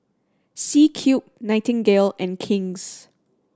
C Cube Nightingale and King's